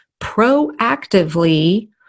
proactively